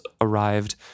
arrived